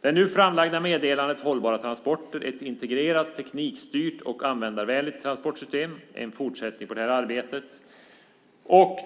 Det nu framlagda meddelandet Hållbara framtida transporter: Ett integrerat, teknikstyrt och användarvänligt transportsystem är en fortsättning på detta arbete.